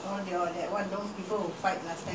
normally they have fights ah but normally I